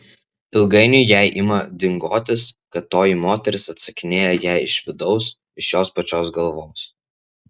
ilgainiui jai ima dingotis kad toji moteris atsakinėja jai iš vidaus iš jos pačios galvos